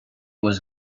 was